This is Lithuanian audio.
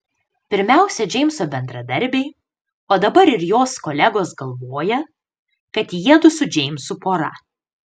pirmiausia džeimso bendradarbiai o dabar ir jos kolegos galvoja kad jiedu su džeimsu pora